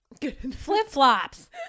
flip-flops